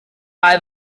mae